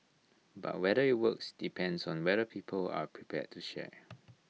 but whether IT works depends on whether people are prepared to share